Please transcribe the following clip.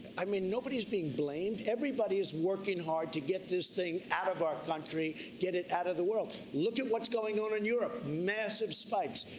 i mean, nobody is being blamed. everybody is working hard to get this thing out of the country, get it out of the world. look at what's going on in europe, massive spikes.